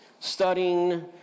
studying